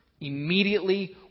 Immediately